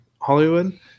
Hollywood